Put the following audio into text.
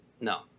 No